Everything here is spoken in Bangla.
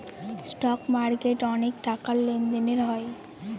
স্টক মার্কেটে অনেক টাকার লেনদেন হয়